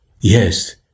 Yes